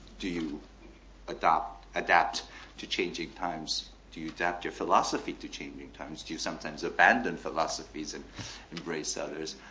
do you adapt adapt to changing times? do you adapt your philosophy to changing times? do you sometimes abandon philosophies and embrace others?